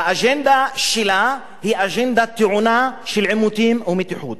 האג'נדה שלה היא אג'נדה טעונה של עימותים ומתיחות,